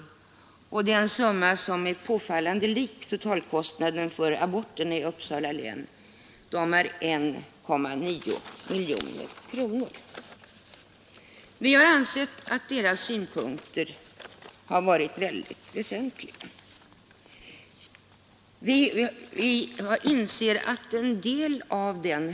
Det är en summa som är påfallande lik totalkostnaden för aborter i Uppsala län, 1,9 miljoner kronor.